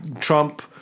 Trump